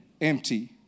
empty